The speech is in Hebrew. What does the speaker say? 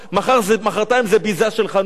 מחרתיים זה ביזה של חנויות,